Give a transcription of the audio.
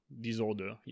disorder